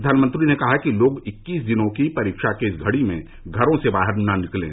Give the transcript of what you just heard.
प्रधानमंत्री ने कहा कि लोग इक्कीस दिनों की परीक्षा की इस घड़ी में घरों से बाहर न निकलें